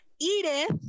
edith